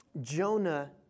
Jonah